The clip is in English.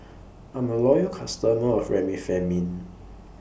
I'm A Loyal customer of Remifemin